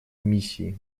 миссии